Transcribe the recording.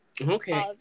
okay